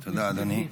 תודה, אדוני.